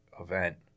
event